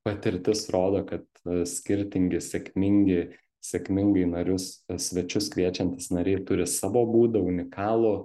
patirtis rodo kad skirtingi sėkmingi sėkmingai narius svečius kviečiantys nariai turi savo būdą unikalų